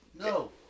No